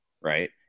Right